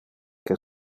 que